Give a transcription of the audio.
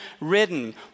ridden